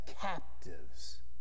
captives